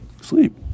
sleep